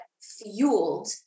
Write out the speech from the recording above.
fueled